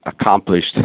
accomplished